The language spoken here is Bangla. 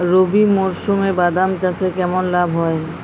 রবি মরশুমে বাদাম চাষে কেমন লাভ হয়?